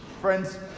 Friends